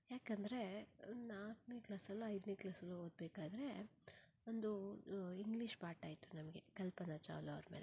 ಯಾಕೆಂದರೆ ನಾಲ್ಕನೇ ಕ್ಲಾಸಲ್ಲೋ ಐದನೇ ಕ್ಲಾಸಲ್ಲೋ ಓದಬೇಕಾದರೆ ಒಂದು ಇಂಗ್ಲೀಷ್ ಪಾಠ ಇತ್ತು ನಮಗೆ ಕಲ್ಪನಾ ಚಾವ್ಲಾ ಅವರ ಮೇಲೆ